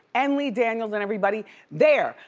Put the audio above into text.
and lee daniels and everybody there.